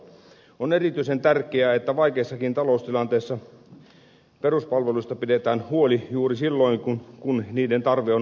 on erityisen tärkeää että vaikeissakin taloustilanteissa peruspalveluista pidetään huoli juuri silloin kun niiden tarve on suurimmillaan